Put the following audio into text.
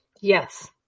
Yes